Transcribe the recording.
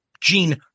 Gene